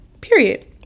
Period